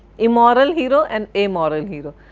immoral hero and amoral hero,